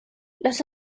los